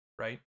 right